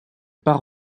par